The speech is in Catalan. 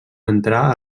entrà